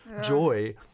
joy